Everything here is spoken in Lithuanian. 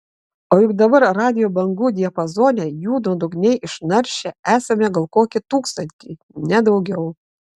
o juk dabar radijo bangų diapazone jų nuodugniai išnaršę esame gal kokį tūkstantį ne daugiau